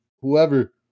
whoever